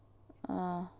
ah